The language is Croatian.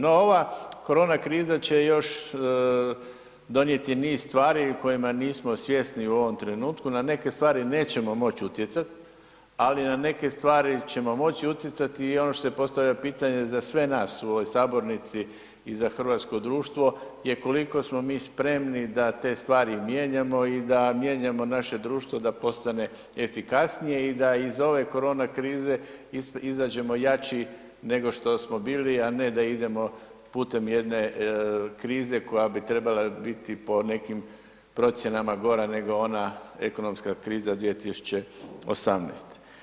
No, ova korona kriza će još donijeti niz stvari o kojima nismo svjesni u ovom trenutku, na neke stvari nećemo moći utjecati, ali na neke stvari ćemo moći utjecati i ono što se postavlja pitanje za sve nas u ovoj sabornici i za hrvatsko društvo je koliko smo mi spremni da te stvari mijenjamo i da mijenjamo naše društvo da postane efikasnije i da iz ove korona krize izađemo jači nego što smo bili, a ne da idemo putem jedne krize koja bi trebala po nekim procjenama gora nego ona ekonomska kriza 2018.